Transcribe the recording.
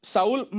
Saul